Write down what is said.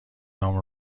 نام